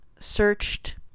searched